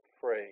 free